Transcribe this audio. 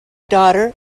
daughter